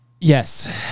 Yes